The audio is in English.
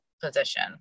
position